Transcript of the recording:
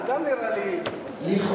זה גם נראה לי, לכאורה,